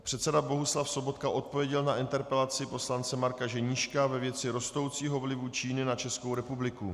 Předseda Bohuslav Sobotka odpověděl na interpelaci poslance Marka Ženíška ve věci rostoucího vlivu Číny na Českou republiku.